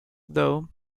though